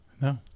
No